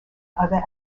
other